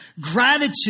Gratitude